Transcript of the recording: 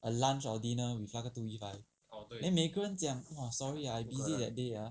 a lunch or dinner with 那个 two E guy then 每一个人讲 !wah! sorry I busy that day ah